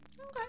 okay